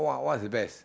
what is best